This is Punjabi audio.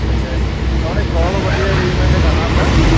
ਅੱਛਾ ਜੀ ਆਪਣੇ ਸੌ ਕੁ ਬੰਦੇ ਦਾ ਅਰੇਜਮੈਂਟ ਕਰਨਾ ਆਪਾਂ